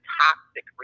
toxic